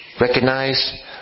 Recognize